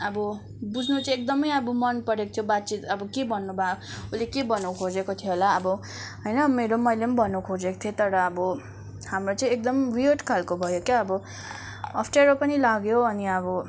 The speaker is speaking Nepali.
अब बुझ्नु चाहिँ एकदमै अब मन परेको थियो बातचित अब के भन्नु भयो उसले के भन्न खोजेको थियो होला अब होइन मेरो मैले पनि भन्नु खोजेको थिएँ तर अब हाम्रो चाहिँ एकदम विर्ड खालको भयो के अब अप्ठ्यारो पनि लाग्यो अनि अब